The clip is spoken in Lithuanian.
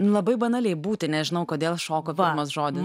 nu labai banaliai būti nežinau kodėl šoko pirmas žodis